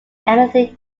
anything